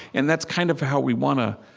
and that's kind of how we want to,